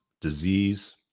disease